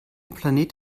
planet